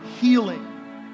healing